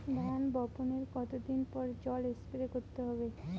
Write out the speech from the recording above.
ধান বপনের কতদিন পরে জল স্প্রে করতে হবে?